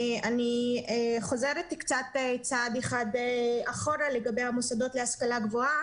אני חוזרת אחורה בעניין המוסדות להשכלה גבוהה.